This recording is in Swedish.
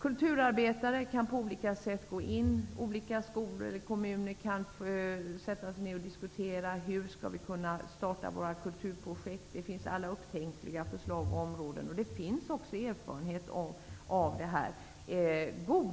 Kulturarbetare kan på olika sätt komma till skolor. I kommunerna kan man sätta sig ner och diskutera hur man skall kunna starta kulturprojekt. Det finns alla upptänkliga förslag på många områden. Det finns också